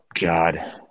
God